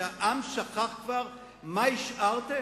שהעם כבר שכח מה השארתם?